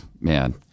man